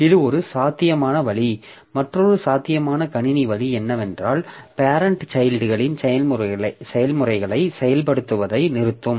இது ஒரு சாத்தியமான வழி மற்றொரு சாத்தியமான கணினி வழி என்னவென்றால் பேரெண்ட் சைல்ட்களின் செயல்முறைகளை செயல்படுத்துவதை நிறுத்தும்